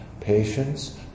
patience